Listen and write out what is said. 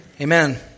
Amen